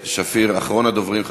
אחרון הדוברים בעמדות הנוספות,